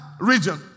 region